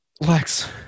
lex